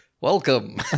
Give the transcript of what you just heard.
welcome